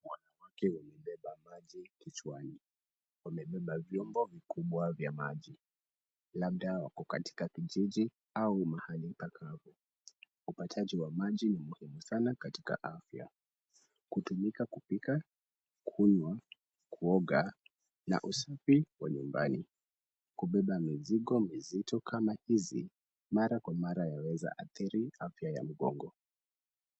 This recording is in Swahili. Wanawake wamebeba maji kichwani, wamebeba vyombo vikubwa vya maji, labda wako katika kijiji au mahali pakavu, upataji wa maji ni muhimu sana katika afya, hutumika kupika, kunywa, kuoga na usafi wa nyumbani, kubeba mizigo mizito kama hii mara kwa mara yaweza athiri afya ya mgongo.